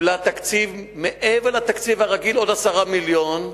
קיבלה תקציב, מעבר לתקציב הרגיל עוד 10 מיליון,